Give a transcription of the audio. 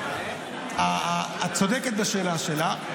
את צודקת בשאלה שלך,